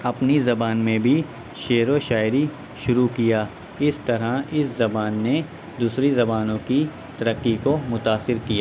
اپنی زبان میں بھی شعر و شاعری شروع کیا اس طرح اس زبان نے دوسری زبانوں کی ترقی کو متاثر کیا